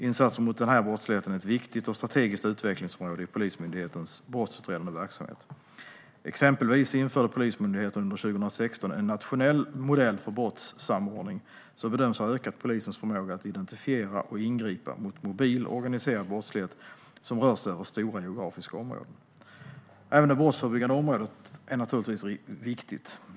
Insatser mot den här brottsligheten är ett viktigt och strategiskt utvecklingsområde i Polismyndighetens brottsutredande verksamhet. Exempelvis införde Polismyndigheten under 2016 en nationell modell för brottssamordning, som bedöms ha ökat polisens förmåga att identifiera och ingripa mot mobil organiserad brottslighet som rör sig över stora geografiska områden. Även det brottsförebyggande området är naturligtvis viktigt.